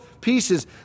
pieces